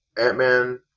Ant-Man